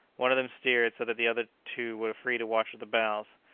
one of them steered so that the other two were free to watch at the bows.